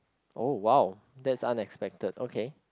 oh !wow! that's unexpected okay